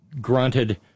grunted